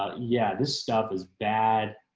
ah yeah, this stuff is bad.